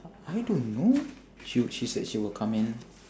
I don't know she w~ she said she will come in